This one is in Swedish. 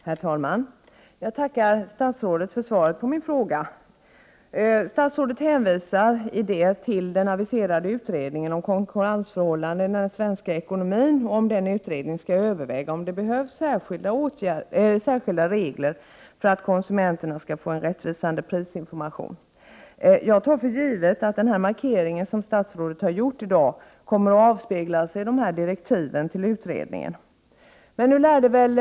Herr talman! Jag tackar statsrådet för svaret på min fråga. Statsrådet hänvisar i svaret till den aviserade utredningen om konkurrensförhållandena i den svenska ekonomin. Utredningen skall överväga om det behövs särskilda regler för att konsumenterna skall få en rättvisande prisinformation. Jag tar för givet att den markering som statsrådet har gjort i dag kommer att avspeglas i direktiven till utredningen. Det lär väl dröja ett Prot.